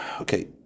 okay